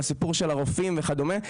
על הסיפור של הרופאים וכדומה,